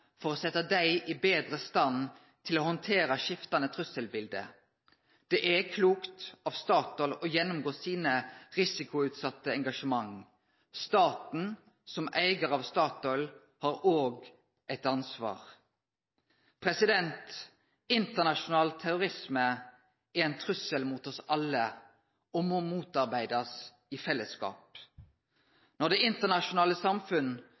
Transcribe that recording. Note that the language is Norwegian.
for å setje dei betre i stand til å handtere skiftande trusselbilete. Det er klokt av Statoil å gjennomgå sine risikoutsette engasjement. Staten som eigar av Statoil har òg eit ansvar. Internasjonal terrorisme er ein trussel mot oss alle og må motarbeidast i fellesskap. Når det internasjonale